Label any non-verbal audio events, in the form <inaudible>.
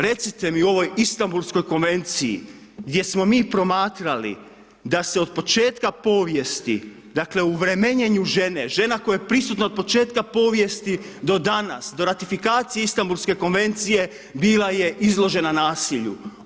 Recite mi u ovoj Istanbulskoj konvenciji, gdje smo mi promatrali, da se od početka povijesti, dakle u … <unintelligible> žene, žena koja je prisutna od početka povijesti do danas, do ratifikacije Istanbulske konvencije, bila je izložena nasilju.